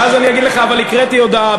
ואז אני אגיד לך: אבל הקראתי הודעה,